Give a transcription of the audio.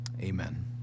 Amen